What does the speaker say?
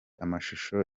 amashusho